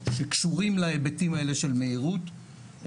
שקשורים להיבטים האלה של מהירות.